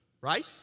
right